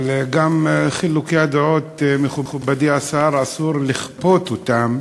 אבל גם חילוקי הדעות, מכובדי השר, אסור לכפות אותם